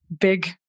big